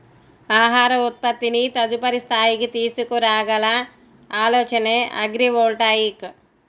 ఆహార ఉత్పత్తిని తదుపరి స్థాయికి తీసుకురాగల ఆలోచనే అగ్రివోల్టాయిక్